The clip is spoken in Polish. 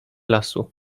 lasu